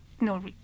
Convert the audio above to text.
no